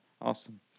Awesome